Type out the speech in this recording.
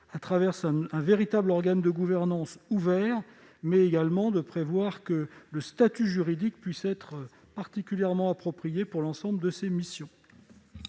à travers un véritable organe de gouvernance ouvert, mais également de prévoir que le statut juridique soit particulièrement approprié pour l'ensemble de ses missions.